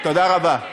תודה רבה.